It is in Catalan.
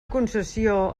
concessió